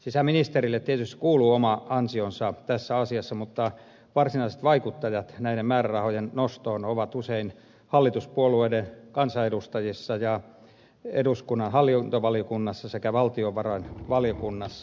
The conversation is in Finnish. sisäministerille tietysti kuuluu oma ansionsa tässä asiassa mutta varsinaiset vaikuttajat näiden määrärahojen nostoon ovat usein hallituspuolueiden kansanedustajissa ja eduskunnan hallintovaliokunnassa sekä valtiovarainvaliokunnassa